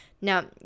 Now